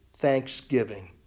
thanksgiving